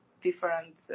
different